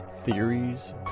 theories